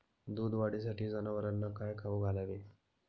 दूध वाढीसाठी जनावरांना काय खाऊ घालावे?